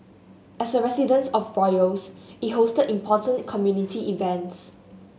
as the residence of royals it hosted important community events